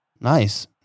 Nice